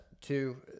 Two